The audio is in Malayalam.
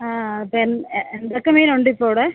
ആ അപ്പം എന്ത് എന്തൊക്കെ മീനുണ്ടിപ്പോള് അവിടെ